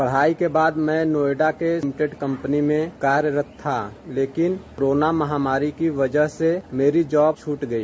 पढ़ाई के बाद मैं नोएडा के लिमिटेड कम्पनी में कार्यरत था लेकिन कोरोना महामारी की वजह से मेरी जॉब छूट गई